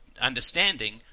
understanding